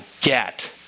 get